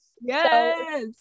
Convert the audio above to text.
Yes